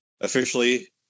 officially